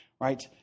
right